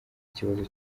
ikibazo